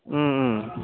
अँ